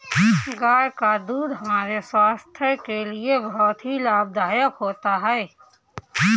गाय का दूध हमारे स्वास्थ्य के लिए बहुत ही लाभदायक होता है